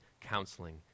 counseling